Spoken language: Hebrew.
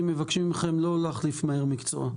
מבקשים ממכם לא להחליף מהר מקצוע.